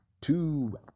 Two